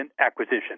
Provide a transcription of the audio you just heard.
acquisition